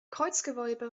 kreuzgewölbe